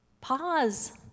Pause